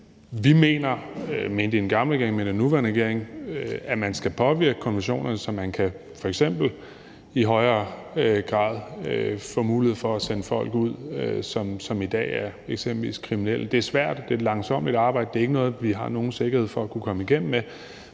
regering – at man skal påvirke konventionerne, så man f.eks. i højere grad kan få mulighed for at sende folk ud, som i dag eksempelvis er kriminelle. Det er svært, det er et langsommeligt arbejde, og det er ikke noget, vi har nogen sikkerhed for at kunne komme igennem med,